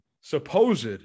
supposed